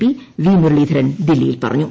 P V Muraleedharan ദില്ലിയിൽ പറഞ്ഞു